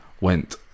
went